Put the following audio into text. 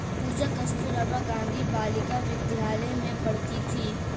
पूजा कस्तूरबा गांधी बालिका विद्यालय में पढ़ती थी